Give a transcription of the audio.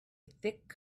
thick